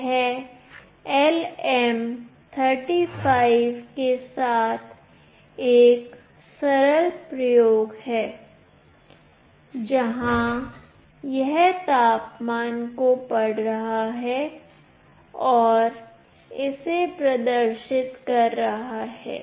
यह LM35 के साथ एक सरल प्रयोग है जहां यह तापमान को पढ़ रहा है और इसे प्रदर्शित कर रहा है